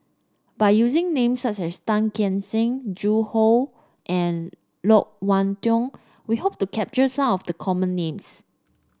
by using names such as Tan Keong Saik Zhu Hong and Loke Wan Tho we hope to capture some of the common names